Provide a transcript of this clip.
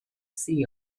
see